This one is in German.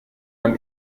man